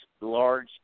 large